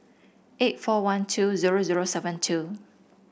eight four one two zero zero seven two